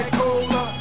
cola